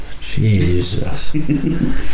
Jesus